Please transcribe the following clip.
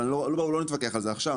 אבל לא נתווכח על זה עכשיו,